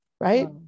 right